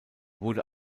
wurde